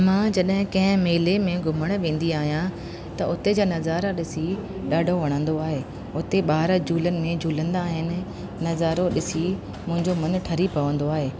मां जॾहिं कंहिं मेले में घुमणु वेंदी आहियां त उते जा नजारा ॾिसी ॾाढो वणंदो आहे उते ॿार झूलन में झूलंदा आहिनि नजारो ॾिसी मुंहिंजो मन ठरी पवंदो आहे